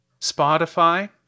Spotify